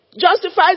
Justifies